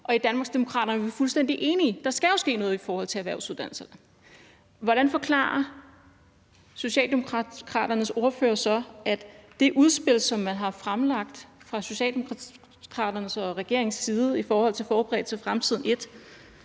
Og i Danmarksdemokraterne er vi fuldstændig enige. Der skal jo ske noget i forhold til erhvervsuddannelserne. Hvordan forklarer Socialdemokraternes ordfører så, at det udspil, som man har fremlagt fra Socialdemokraternes og regeringens side i forhold til »Forberedt på fremtiden I«,